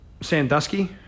Sandusky